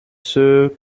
ceux